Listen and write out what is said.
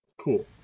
Cool